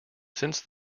since